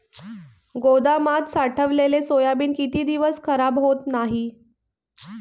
गोदामात साठवलेले सोयाबीन किती दिवस खराब होत नाही?